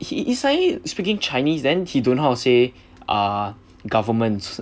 he suddenly speaking chinese then he don't know how to say uh government